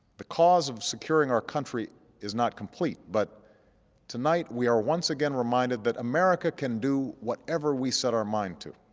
the cause of securing our country is not complete. but tonight, we are once again reminded that america can do whatever we set our mind to.